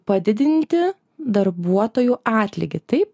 padidinti darbuotojų atlygį taip